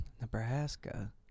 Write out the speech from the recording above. Nebraska